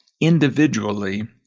individually